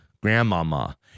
grandmama